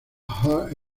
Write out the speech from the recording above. hard